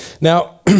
Now